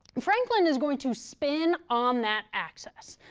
franklin is going to spin on that axis.